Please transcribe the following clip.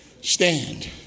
stand